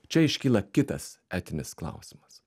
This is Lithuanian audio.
čia iškyla kitas etinis klausimas